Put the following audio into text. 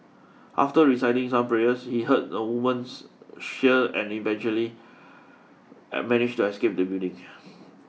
after reciting some prayers he heard a woman's shriek and eventually managed to escape the building